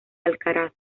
alcaraz